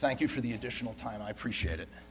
thank you for the additional time i appreciate it